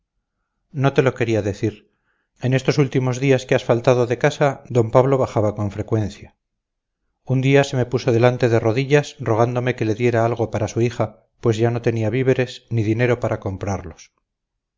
no te lo quería decir en estos últimos días que has faltado de casa d pablo bajaba con frecuencia un día se me puso delante de rodillas rogándome que le diera algo para su hija pues ya no tenía víveres ni dinero para comprarlos